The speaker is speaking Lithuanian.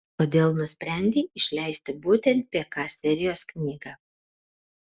kodėl nusprendei išleisti būtent pk serijos knygą